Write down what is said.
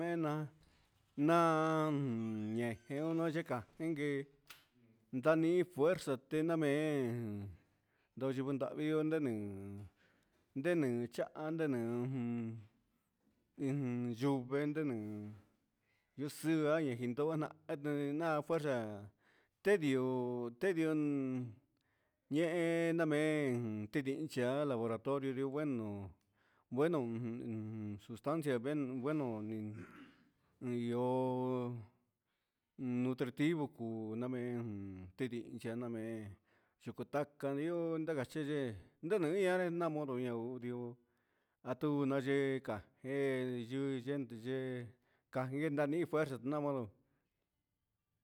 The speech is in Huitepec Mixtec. Nguena na'a un ejenon noo yeka'a, inki ndani fuerza té'e, namen yuu yukunravii iho nenin ndenen cahn ndenen ujun, iin yuu ven ndenen un yuxu'a yejindona anuni na fuerza, tendió tendion ndeñamen teñichiala oratorio ngueno, bueno sustancia bueno ni ni ihó nutritivo kuu namen, tidii chiana men chutaka nri'ó nakache ana hinare namonro ihó atu naxheka he yuu yente yee knani nani fuerza namolo.